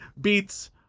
beats